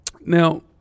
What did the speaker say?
Now